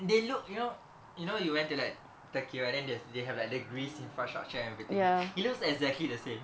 they look you know you know you went to like turkey and then there's they have like the greece infrastructure and everything it looks exactly the same